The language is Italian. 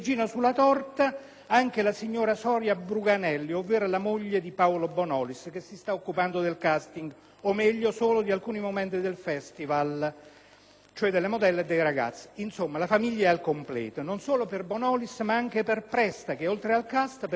torta - signora Sonia Bruganelli, ovvero la moglie di Paolo Bonolis, che si sta occupando del *casting*, o meglio «solo di alcuni momenti del Festival» - sottolineano fonti RAI -«e cioè delle modelle, dei ragazzi...». Insomma, la famiglia è al completo, non solo per Bonolis, ma anche per Presta che oltre al *cast* - per così dire tecnico